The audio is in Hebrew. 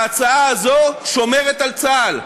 ההצעה הזאת שומרת על צה"ל.